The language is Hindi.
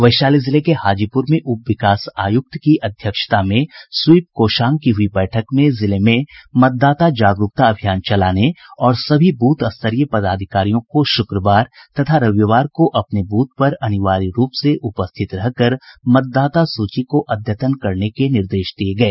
वैशाली जिले के हाजीपुर में उप विकास आयुक्त की अध्यक्षता में स्वीप कोषांग की हुई बैठक में जिले में मतदाता जागरूकता अभियान चलाने और सभी बूथ स्तरीय पदाधिकारियों को शुक्रवार तथा रविवार को अपने ब्रथ पर अनिवार्य रूप से उपस्थित रहकर मतदाता सूची को अद्यतन करने के निर्देश दिये गये